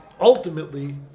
ultimately